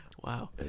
Wow